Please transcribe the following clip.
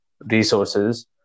resources